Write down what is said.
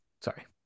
Sorry